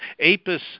Apis